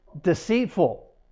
deceitful